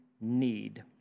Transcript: need